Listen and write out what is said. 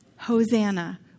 Hosanna